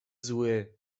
zły